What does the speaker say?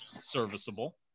serviceable